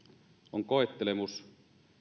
on koettelemus